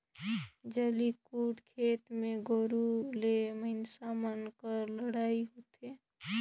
जल्लीकट्टू खेल मे गोरू ले मइनसे मन कर लड़ई होथे